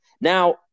Now